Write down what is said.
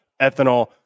ethanol